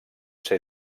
ser